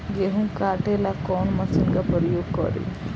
गेहूं काटे ला कवन मशीन का प्रयोग करी?